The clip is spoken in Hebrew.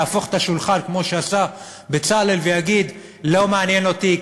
יהפוך את השולחן כמו שעשה בצלאל ויגיד: לא מעניין אותי,